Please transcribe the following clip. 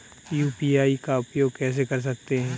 UPI का उपयोग कैसे कर सकते हैं?